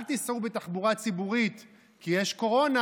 אל תיסעו בתחבורה ציבורית כי יש קורונה,